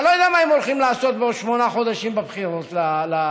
אני לא יודע מה הם הולכים לעשות בעוד שמונה חודשים בבחירות לעירייה.